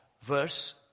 verse